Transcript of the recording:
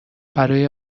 برای